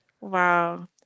wow